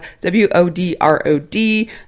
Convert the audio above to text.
W-O-D-R-O-D